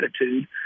attitude